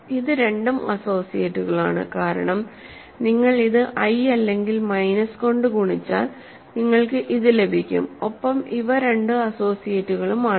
ഇത് രണ്ടും അസോസിയേറ്റുകളാണ് കാരണം നിങ്ങൾ ഇത് i അല്ലെങ്കിൽ മൈനസ് കൊണ്ട് ഗുണിച്ചാൽ നിങ്ങൾക്ക് ഇത് ലഭിക്കും ഒപ്പം ഇവ രണ്ട് അസോസിയേറ്റുകളും ആണ്